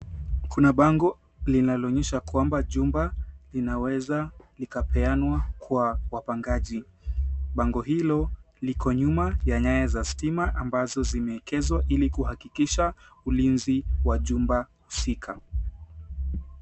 Kuna bango linaloonyesha kwamba jumba linaweza likapeanwa kwa wapangaji. Bango hilo liko nyuma ya nyaya za stima, ambazo zimeekezwa ili kuhakikisha ulinzi wa jumba husika.